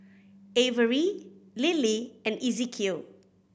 Avery Lilly and Ezekiel